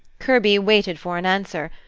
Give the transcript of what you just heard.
kirby waited for an answer,